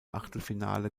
achtelfinale